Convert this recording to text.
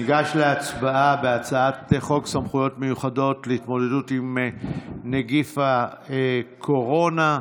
הצעת חוק סמכויות מיוחדות להתמודדות עם נגיף הקורונה.